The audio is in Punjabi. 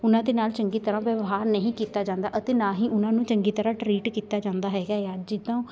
ਉਹਨਾਂ ਦੇ ਨਾਲ ਚੰਗੀ ਤਰ੍ਹਾਂ ਵਿਵਹਾਰ ਨਹੀਂ ਕੀਤਾ ਜਾਂਦਾ ਅਤੇ ਨਾ ਹੀ ਉਹਨਾਂ ਨੂੰ ਚੰਗੀ ਤਰ੍ਹਾਂ ਟਰੀਟ ਕੀਤਾ ਜਾਂਦਾ ਹੈਗਾ ਏ ਆ ਜਿੱਦਾਂ